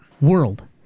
world